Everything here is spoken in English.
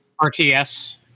RTS